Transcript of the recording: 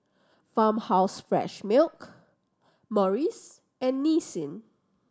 Farmhouse Fresh Milk Morries and Nissin